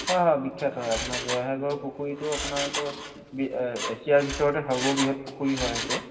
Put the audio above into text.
হয় হয় বিখ্যাত হয় আপোনাৰ জয়সাগৰ পুখুৰীটো আপোনাৰতো এছিয়াৰ ভিতৰতে সৰ্ববৃহৎ পুখুৰী হয় সেইটো